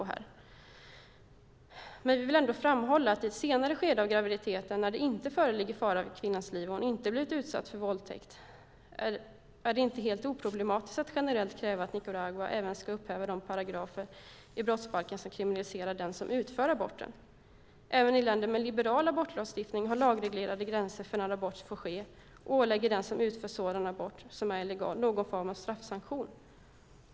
Vi vill ändå framhålla att när det gäller abort i ett senare skede av graviditeten, när det inte föreligger fara för kvinnans liv och om hon inte blivit utsatt för våldtäkt är det inte lika oproblematiskt att generellt kräva att Nicaragua ska upphäva de paragrafer i brottsbalken som kriminaliserar den som har utfört den. Även länder med en liberal abortlagstiftning har lagreglerade gränser för när abort får ske och ålägger den som utför en abort som är illegal någon form av straffsanktion.